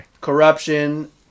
Corruption